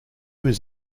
was